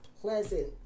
pleasant